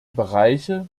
bereiche